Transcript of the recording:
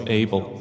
able